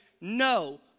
no